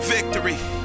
Victory